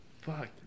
Fuck